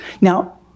Now